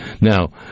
now